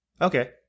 Okay